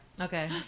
Okay